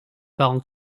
parents